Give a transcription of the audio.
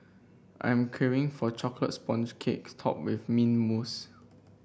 I am craving for a chocolate sponge cake topped with mint mousse